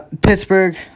Pittsburgh